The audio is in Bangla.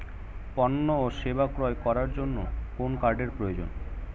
পণ্য ও সেবা ক্রয় করার জন্য কোন কার্ডের প্রয়োজন?